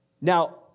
Now